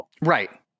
Right